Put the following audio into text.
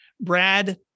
Brad